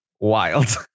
wild